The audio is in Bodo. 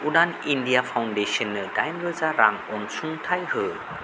उडान इण्डिया फाउण्डेसननो दाइन रोजा रां अनसुंथाइ हो